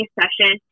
session